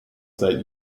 that